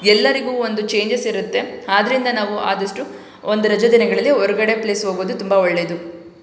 ಎಲ್ಲರಿಗೂ ಒಂದು ಚೇಂಜಸ್ ಇರುತ್ತೆ ಆದ್ದರಿಂದ ನಾವು ಆದಷ್ಟು ಒಂದು ರಜಾದಿನಗಳಲ್ಲಿ ಹೊರ್ಗಡೆ ಪ್ಲೇಸ್ ಹೋಗೋದು ತುಂಬ ಒಳ್ಳೆಯದು